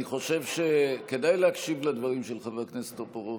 אני חושב שכדאי להקשיב לדברים של חבר הכנסת טופורובסקי.